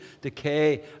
decay